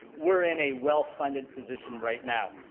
we're in a well funded position right now.